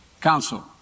Council